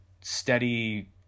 steady